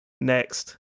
next